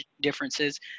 differences